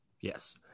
yes